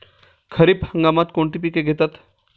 खरीप हंगामात कोणती पिके घेतात?